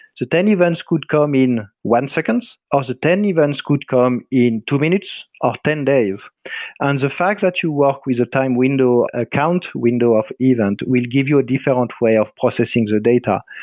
so ten events could come in one second. or the ten events could come in two minutes, or ah ten days and the fact that you work with a time window, account window of event, we'll give you a different way of processing the data.